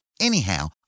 Anyhow